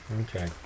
Okay